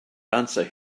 answer